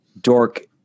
dork